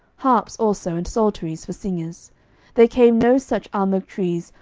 harps also and psalteries for singers there came no such almug trees,